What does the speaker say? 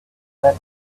spend